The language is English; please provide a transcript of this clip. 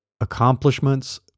accomplishments